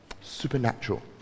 Supernatural